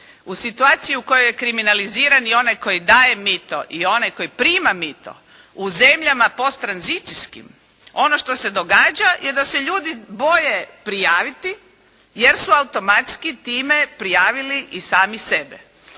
u situaciji u kojoj kriminaliziran i onaj koji daje mito i onaj koji prima mito u zemljama postranzicijskim, ono što se događa je da se ljudi boje prijaviti, jer su automatski time prijavili i sami sebe.